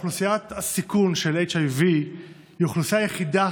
אוכלוסיית הסיכון של HIV היא האוכלוסייה היחידה